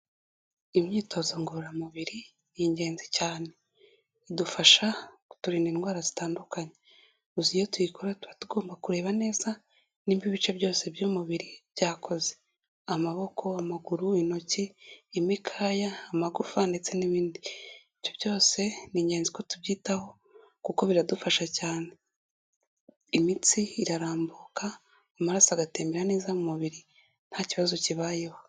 Imyitozo ngororamubiri, ni ingenzi cyane. Idufasha kuturinda indwara zitandukanye, gusa iyo tuyikora tuba tugomba kureba neza nimba ibice byose by'umubiri byakoze. Amaboko, amaguru, intoki, imikaya, amagufa ndetse n'ibindi. Ibyo byose, ni ingenzi ko tubyitaho kuko biradufasha cyane. Imitsi irarambuka, amaraso agatembera neza mu mubiri, nta kibazo kibayeho.